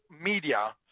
media